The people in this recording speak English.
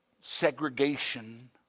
segregation